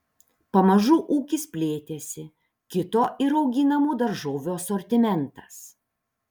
pamažu ūkis plėtėsi kito ir auginamų daržovių asortimentas